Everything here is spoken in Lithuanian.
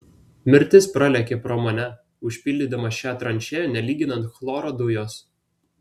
mirtis pralėkė pro mane užpildydama šią tranšėją nelyginant chloro dujos